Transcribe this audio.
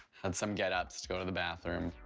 had some get-ups to go to the bathroom.